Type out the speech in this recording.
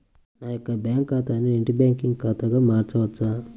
నా యొక్క బ్యాంకు ఖాతాని నెట్ బ్యాంకింగ్ ఖాతాగా మార్చవచ్చా?